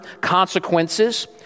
consequences